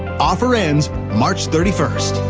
offer ends march thirty first.